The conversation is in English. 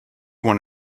want